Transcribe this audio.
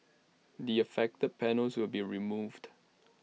the affected panels will be removed